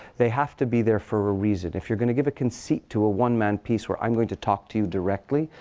they have to be there for a reason. if you're going to give a conceit to a one-man piece, where i'm going to talk to you directly,